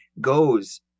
goes